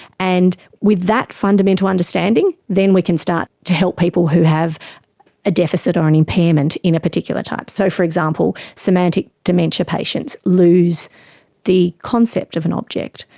and with that fundamental understanding then we can start to help people who have a deficit or an impairment in a particular type. so, for example, semantics dementia patients lose the concept of an object.